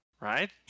Right